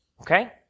Okay